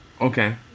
Okay